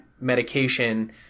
medication